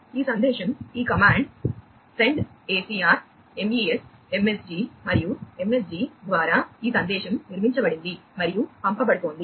ఈ సందేశం ఈ command send acr mes msg మరియు msg ద్వారా ఈ సందేశం నిర్మించబడింది మరియు పంపబడుతోంది